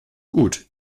gut